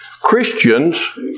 Christians